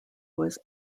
was